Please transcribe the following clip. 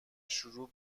شروع